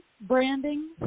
branding